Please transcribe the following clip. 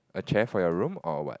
a chair for your room or what